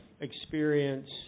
experience